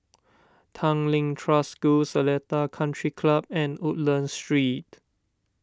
Tanglin Trust School Seletar Country Club and Woodlands Street